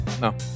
No